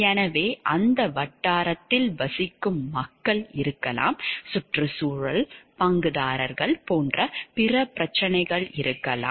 எனவே அந்த வட்டாரத்தில் வசிக்கும் மக்கள் இருக்கலாம் சுற்றுச்சூழல் பங்குதாரர்கள் போன்ற பிற பிரச்சினைகள் இருக்கலாம்